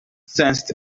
sensed